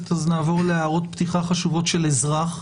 אז נעבור להערות פתיחה חשובות של אזרח,